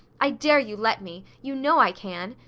i dare you let me! you know i can!